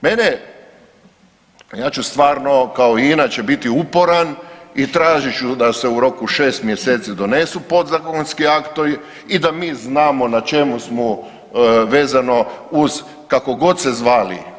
Mene, a ja ću stvarno kao i inače biti uporan i tražit ću da se u roku 6 mjeseci donesu podzakonski aktovi i da mi znamo na čemu smo vezano uz kako god se zvali.